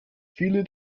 viele